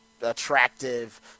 attractive